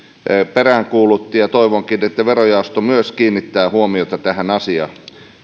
peräänkuulutti toivonkin että verojaosto myös kiinnittää huomiota tähän asiaan